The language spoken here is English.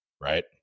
right